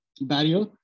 barrier